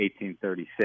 1836